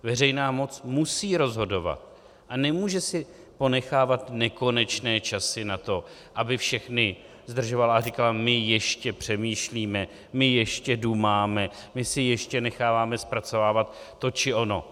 Veřejná moc musí rozhodovat a nemůže si ponechávat nekonečné časy na to, aby všechny zdržovala a říkala: my ještě přemýšlíme, my ještě dumáme, my si ještě necháváme zpracovávat to či ono.